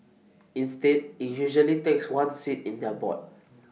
instead IT usually takes one seat in their board